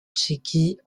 tchéquie